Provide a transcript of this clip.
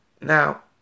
Now